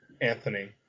Anthony